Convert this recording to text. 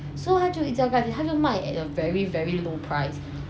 so 他就一直概念要卖 at a very very low price